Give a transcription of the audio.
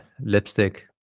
lipstick